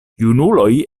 junuloj